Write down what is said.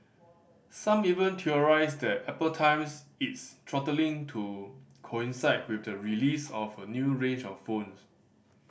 some even theorised that Apple times its throttling to coincide with the release of a new range of phones